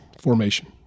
formation